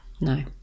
No